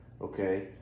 okay